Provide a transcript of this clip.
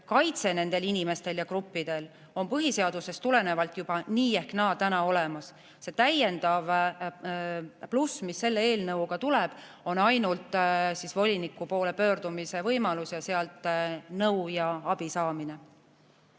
kaitse nendel inimestel ja gruppidel on põhiseadusest tulenevalt nii ehk naa juba olemas. See pluss, mis selle eelnõuga tuleb, on ainult voliniku poole pöördumise võimalus ning sealt nõu ja abi saamine.